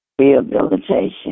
rehabilitation